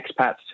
expats